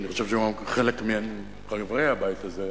ואני חושב שגם חלק מחברי הבית הזה,